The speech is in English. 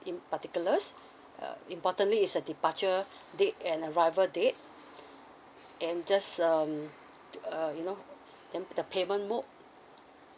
in particulars uh importantly is the departure date and arrival date and just um uh you know then the payment mode